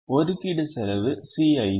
ஒதுக்கீடு செலவு Cij